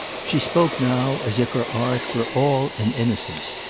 she spoke now as if her art were all an innocence,